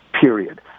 period